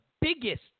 biggest